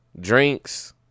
drinks